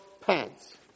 pants